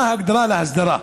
מה ההגדרה להסדרה?